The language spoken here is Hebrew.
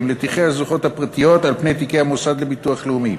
לתיקי הזוכות הפרטיות על פני תיקי המוסד לביטוח לאומי.